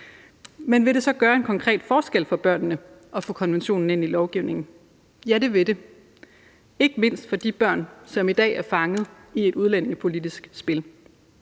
Men vil det så gøre en konkret forskel for børnene at få konventionen ind i lovgivningen? Ja, det vil det, ikke mindst for de børn, som i dag er fanget i et udlændingepolitisk spil.